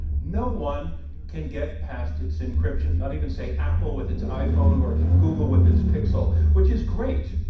no one can get past its encryption not even, say, apple with its iphone or google with its pixel, which is great,